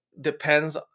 depends